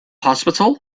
hospital